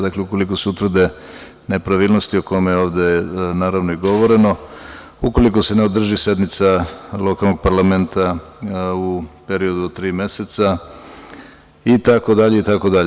Dakle, ukoliko se utvrde nepravilnosti o kojima je ovde govoreno, ukoliko se ne održi sednica lokalnog parlamenta u periodu od tri meseca itd, itd.